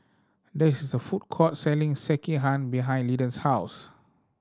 there is a food court selling Sekihan behind Linden's house